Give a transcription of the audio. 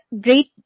great